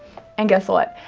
and guess what,